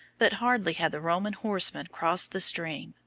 but hardly had the roman horsemen crossed the stream,